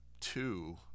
two